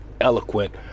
eloquent